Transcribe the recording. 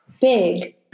big